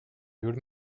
gjorde